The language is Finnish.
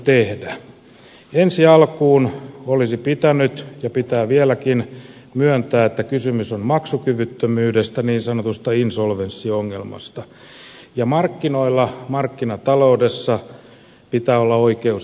ensi alkuun olisi pitänyt ja pitää vieläkin myöntää että kysymys on maksukyvyttömyydestä niin sanotusta insolvenssiongelmasta ja markkinoilla markkinataloudessa pitää olla oikeus epäonnistua